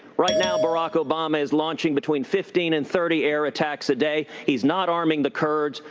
right now, barack obama is launching between fifteen and thirty air attacks a day. he's not arming the kurds.